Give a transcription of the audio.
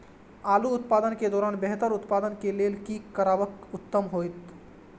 आलू उत्पादन के दौरान बेहतर उत्पादन के लेल की करबाक उत्तम होयत?